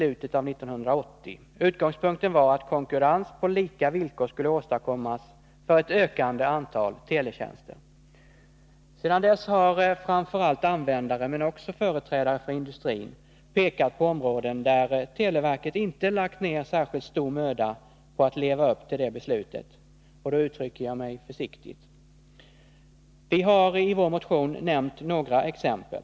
Utgångspunkten var att konkurrens på lika villkor skulle åstadkommas för ett ökande antal teletjänster. Sedan dess har framför allt användare men också företrädare för industrin pekat på områden där televerket inte lagt ned särskilt stor möda på att leva upp till det beslutet — och då uttrycker jag mig försiktigt. Vi har i vår motion nämnt några exempel.